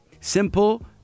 simple